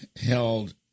held